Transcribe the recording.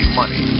money